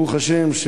ברוך השם,